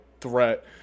threat